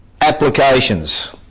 applications